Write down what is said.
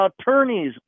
attorney's